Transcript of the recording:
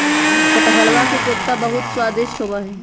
कटहलवा के कोफ्ता बहुत स्वादिष्ट होबा हई